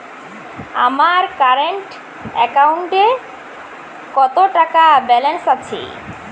আমার কারেন্ট অ্যাকাউন্টে কত টাকা ব্যালেন্স আছে?